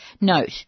Note